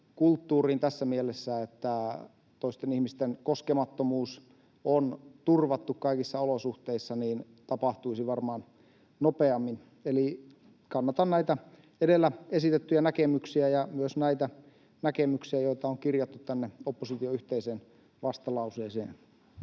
kulttuuriin tässä mielessä — että toisten ihmisten koskemattomuus on turvattu kaikissa olosuhteissa — tapahtuisi varmaan nopeammin. Eli kannatan näitä edellä esitettyjä näkemyksiä ja myös näitä näkemyksiä, joita on kirjattu opposition yhteiseen vastalauseeseen.